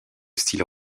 style